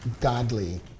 godly